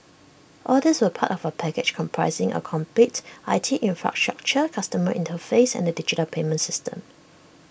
all these were part of A package comprising A complete I T infrastructure customer interface and A digital payment system